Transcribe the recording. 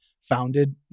founded